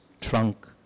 trunk